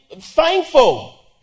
thankful